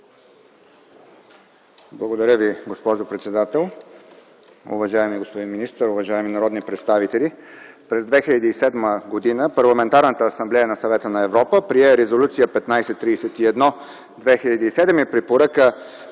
Благодаря Ви, госпожо председател. Уважаеми господин министър, уважаеми народни представители! През 2007 г. Парламентарната асамблея на Съвета на Европа прие Резолюция 1531/2007 и Препоръка